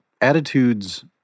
attitudes